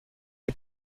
est